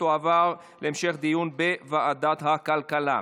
ותועבר להמשך דיון בוועדת הכלכלה.